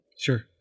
Sure